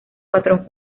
patrón